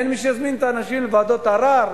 אין מי שיזמין אנשים לוועדות ערר,